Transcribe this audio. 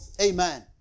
Amen